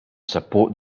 support